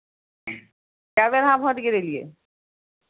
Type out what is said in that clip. कए बेर अहाँ भोट गिरेलियै